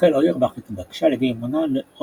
רחל אוירבך התבקשה על ידי עמנואל רוזנבלום